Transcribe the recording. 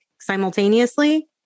simultaneously